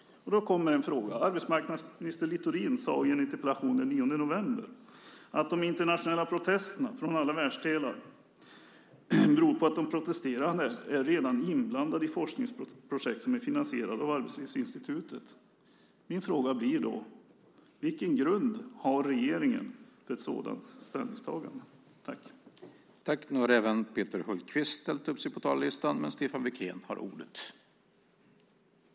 Då kommer en fråga. Arbetsmarknadsminister Littorin sade i en interpellationsdebatt den 9 november att de internationella protesterna från alla världsdelar beror på att de protesterande redan är inblandade i forskningsprojekt som är finansierade av Arbetslivsinstitutet. Min fråga blir då: Vilken grund har regeringen för ett sådant ställningstagande?